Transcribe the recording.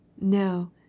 No